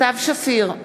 סתיו שפיר,